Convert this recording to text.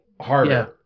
harder